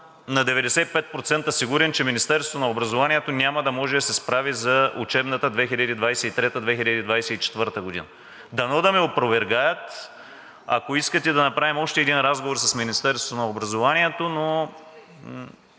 съм 95% сигурен, че Министерството на образованието няма да може да се справи за учебната 2023 – 2024 г. Дано да ме опровергаят. Ако искате да направим още един разговор с Министерството на образованието, но